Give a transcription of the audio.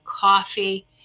Coffee